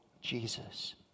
Jesus